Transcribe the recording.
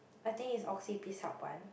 I think is Oxy Bizhub One